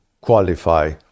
qualify